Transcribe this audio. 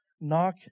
Knock